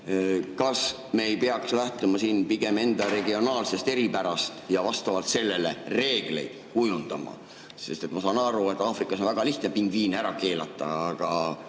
Kas me ei peaks lähtuma siin pigem enda regionaalsest eripärast ja vastavalt sellele reegleid kujundama? Sest ma saan aru, et Aafrikas on väga lihtne pingviine ära keelata, aga